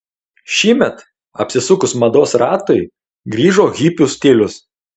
šįmet apsisukus mados ratui grįžo hipių stilius